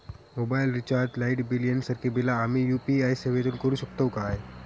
Mobile recharge, light bill यांसारखी बिला आम्ही यू.पी.आय सेवेतून करू शकतू काय?